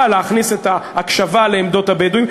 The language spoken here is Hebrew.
להכניס בתוכה את ההקשבה לעמדות הבדואים.